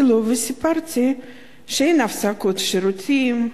וסיפרתי שאין הפסקות שירותים,